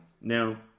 Now